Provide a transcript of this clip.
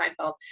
Seinfeld